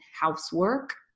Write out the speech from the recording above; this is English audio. housework